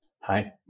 Hi